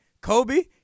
Kobe